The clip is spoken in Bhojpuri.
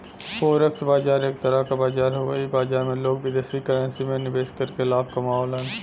फोरेक्स बाजार एक तरह क बाजार हउवे इ बाजार में लोग विदेशी करेंसी में निवेश करके लाभ कमावलन